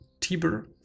Tiber